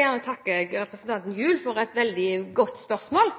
gjerne takke representanten Gjul for et veldig godt spørsmål.